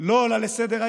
לא עולה לסדר-היום,